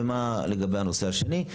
ומה לגבי הנושא השני.